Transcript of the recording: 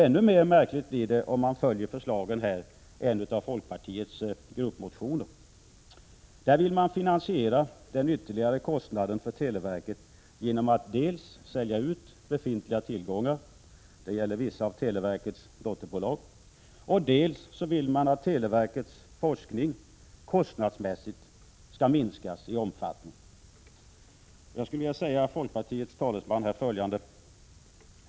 Ännu märkligare blir det, om man följer förslagen i en av folkpartiets gruppmotioner, enligt vilken man vill finansiera den ytterligare kostnaden för televerket genom att dels sälja ut befintliga tillgångar — det gäller vissa av televerkets dotterbolag —, dels kostnadsmässigt minska omfattningen av televerkets forskning. Jag vill säga folkpartiets talesman följande.